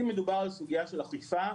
אם מדובר על סוגיה של אכיפה,